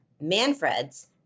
Manfred's